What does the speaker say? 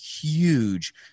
huge